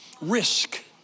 Risk